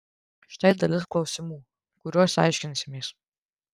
štai dalis klausimų kuriuos aiškinsimės